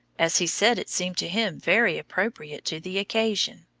as he said it seemed to him very appropriate to the occasion.